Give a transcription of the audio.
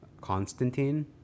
Constantine